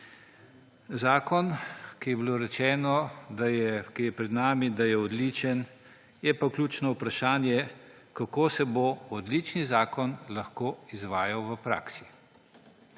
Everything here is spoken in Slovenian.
rečeno, da je zakon, ki je pred nami, odličen, je pa ključno vprašanje, kako se bo odlični zakon lahko izvajal v praksi.